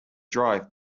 drive